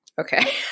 Okay